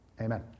Amen